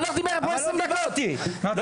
חנוך דיבר פה 20 דקות -- טוב,